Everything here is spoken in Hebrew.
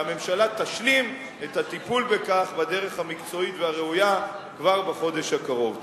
והממשלה תשלים את הטיפול בכך בדרך המקצועית והראויה כבר בחודש הקרוב.